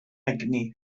egni